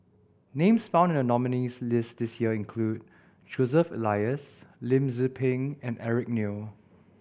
names found in the nominees' list this year include Joseph Elias Lim Tze Peng and Eric Neo